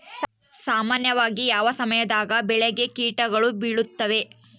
ಸಾಮಾನ್ಯವಾಗಿ ಯಾವ ಸಮಯದಾಗ ಬೆಳೆಗೆ ಕೇಟಗಳು ಬೇಳುತ್ತವೆ?